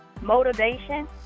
motivation